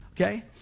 Okay